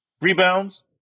Rebounds